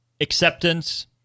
acceptance